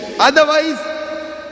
Otherwise